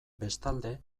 bestalde